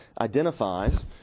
identifies